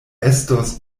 estos